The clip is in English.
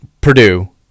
Purdue